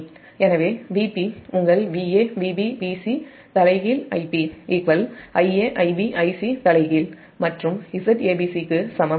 எனவே Vp உங்கள் VaVbVcTIp IaIb IcTமற்றும் Zabc க்கு சமம்